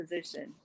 position